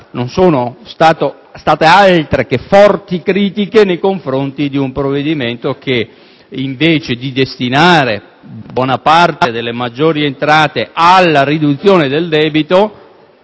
che in termini di forti critiche nei confronti di un provvedimento che, invece di destinare buona parte delle maggiori entrate alla riduzione del debito,